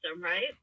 right